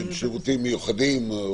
שירותים מיוחדים?